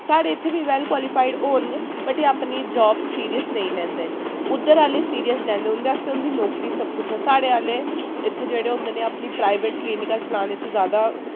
साढ़े इत्थै बी वैल्ल क्वालिफाइड होङन बट एह् अपनी जाब सीरियस निं लैंदे न उद्धर आह्ले सीरियस लैंदे उं'दे आस्तै उं'दी नौकरी सबकिश ऐ साढ़े आह्ले इत्थै जेह्ड़े होंदे अपनी प्राइवेट क्लिनिकां चलाने च जैदा